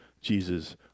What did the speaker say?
Jesus